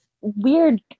weird